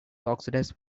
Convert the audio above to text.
oxidized